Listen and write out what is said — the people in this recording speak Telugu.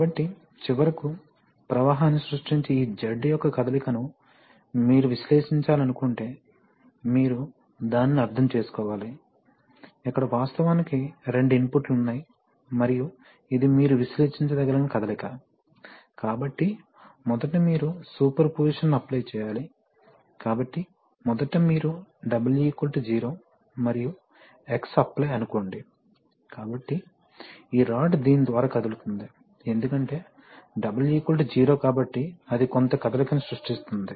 కాబట్టి చివరికి ప్రవాహాన్ని సృష్టించే ఈ Z యొక్క కదలికను మీరు విశ్లేషించాలనుకుంటే మీరు దానిని అర్థం చేసుకోవాలి ఇక్కడ వాస్తవానికి రెండు ఇన్పుట్లు ఉన్నాయి మరియు ఇది మీరు విశ్లేషించదలిచిన కదలిక కాబట్టి మొదట మీరు సూపర్పొజిషన్ ను అప్లై చేయాలి కాబట్టి మొదట మీరు W 0 మరియు X అప్లై అని అనుకోండి కాబట్టి ఈ రాడ్ దీని ద్వారా కదులుతుంది ఎందుకంటే W 0 కాబట్టి అది కొంత కదలికను సృష్టిస్తుంది